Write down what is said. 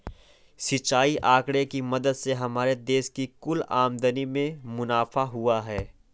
सिंचाई आंकड़े की मदद से हमारे देश की कुल आमदनी में मुनाफा हुआ है